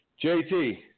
JT